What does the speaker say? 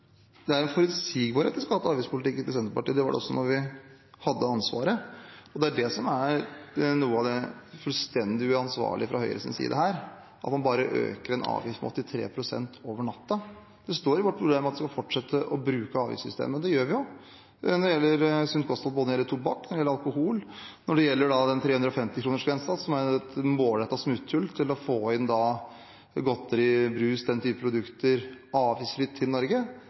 Det er en forutsigbarhet i skatte- og avgiftspolitikken til Senterpartiet. Det var det også da vi hadde ansvaret. Noe av det fullstendig uansvarlige fra Høyres side er at man bare øker en avgift med 83 pst. over natten. Det står i vårt program at vi skal fortsette å bruke avgiftssystemet, og det gjør vi jo når det gjelder sunt kosthold, både når det gjelder tobakk, og når det gjelder alkohol. Med hensyn til 350-kronersgrensen, som jo er et målrettet smutthull for å få inn godteri, brus og den type produkter avgiftsfritt til Norge,